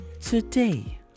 today